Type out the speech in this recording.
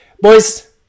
Boys